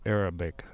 Arabic